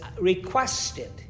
requested